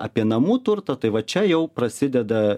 apie namų turto tai va čia jau prasideda